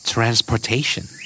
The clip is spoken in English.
Transportation